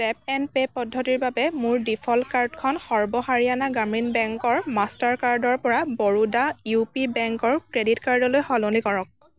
tap and pay পদ্ধতিৰ বাবে মোৰ ডিফ'ল্ট কাৰ্ডখন সৰ্ব হাৰিয়ানা গ্ৰামীণ বেংকৰ মাষ্টাৰ কাৰ্ডৰ পৰা ব'ৰোডা ইউ পি বেংকৰ ক্ৰেডিট কাৰ্ডলৈ সলনি কৰক